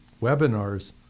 webinars